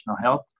health